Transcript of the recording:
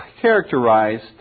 characterized